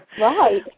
right